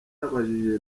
yabajije